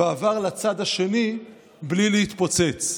ועבר לצד השני בלי להתפוצץ.